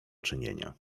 czynienia